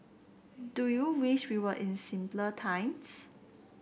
do you wish we were in simpler times